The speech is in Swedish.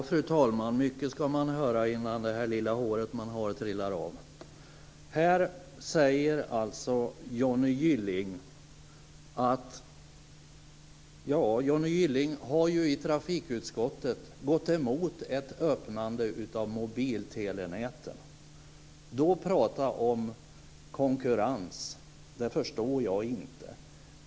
Fru talman! Mycket ska man höra innan det lilla hår man har trillar av. Johnny Gylling har i trafikutskottet gått emot ett öppnande av mobiltelenäten, och hur han då kan prata om konkurrens förstår jag inte.